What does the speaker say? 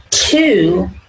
Two